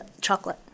chocolate